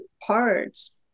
parts